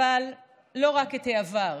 אבל לא רק את העבר.